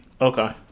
Okay